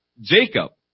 Jacob